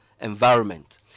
environment